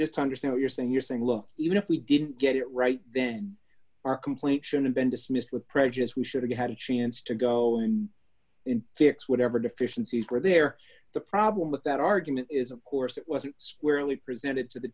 just to understand you're saying you're saying look even if we didn't get it right then our complaint should have been dismissed with prejudice we should have had a chance to go in and fix whatever deficiencies were there the problem with that argument is of course it wasn't squarely presented to the